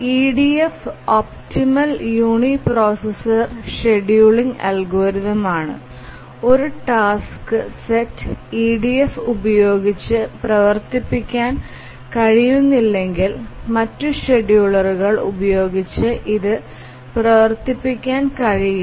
EDF optimal uniprocessor scheduling algorithm ആണ് ഒരു task set EDF ഉപയോഗിച്ച് പ്രവർത്തിപ്പിക്കാൻ കഴിയുന്നില്ലെങ്കിൽ മറ്റ് ഷെഡ്യൂളറുകൾ ഉപയോഗിച്ച് ഇത് പ്രവർത്തിപ്പിക്കാൻ കഴിയില്ല